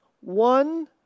one